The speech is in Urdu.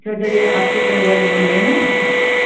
اچھا اچھا یہ آٹو کیب والے بول رہے ہیں